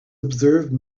observe